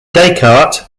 descartes